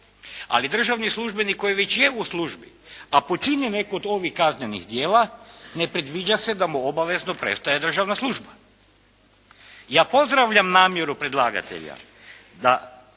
Ali državnik službenik koji već je u službi, a počini neku od ovih kaznenih djela, ne predviđa se da mu obavezno prestaje državna služba. Ja pozdravljam namjeru predlagatelja da